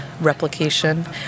replication